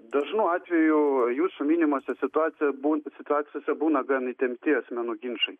dažnu atveju jūsų minimose situacijose bū situacijose būna gan įtempti asmenų ginčai